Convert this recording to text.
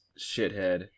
shithead